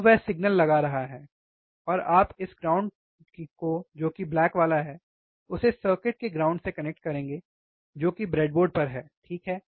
तो वह सिग्नल लगा रहा है और आप इस ग्राउंड को जो के ब्लैक वाला है उसे सर्किट के ग्राउंड से कनेक्ट करेंगे कि जो कि ब्रेडबोर्ड पर है ठीक है